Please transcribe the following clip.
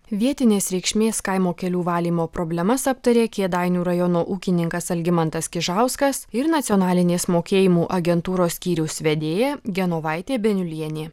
vietinės reikšmės kaimo kelių valymo problemas aptarė kėdainių rajono ūkininkas algimantas kižauskas ir nacionalinės mokėjimų agentūros skyriaus vedėja genovaitė beniulienė